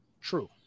True